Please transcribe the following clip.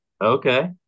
Okay